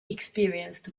experienced